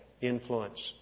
influence